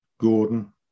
Gordon